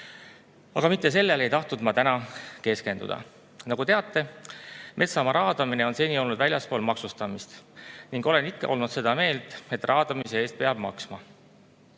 Aga mitte sellele ei tahtnud ma täna keskenduda. Nagu teate, on metsamaa raadamine olnud seni väljaspool maksustamist. Olen ikka olnud seda meelt, et raadamise eest peab maksma.